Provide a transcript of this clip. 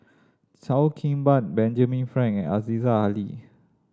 Cheo Kim Ban Benjamin Frank and Aziza Ali